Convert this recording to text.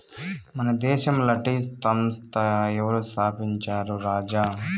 మన దేశంల టీ సంస్థ ఎవరు స్థాపించారు రాజా